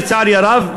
לצערי הרב,